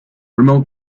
remote